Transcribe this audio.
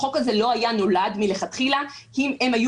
החוק הזה לא היה נולד מלכתחילה אם הם היו